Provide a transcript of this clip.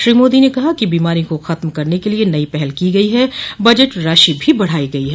श्री मोदी ने कहा कि बीमारियों को खत्म करने के लिये नई पहल की गयी है बजट राशि भी बढ़ाई गयी है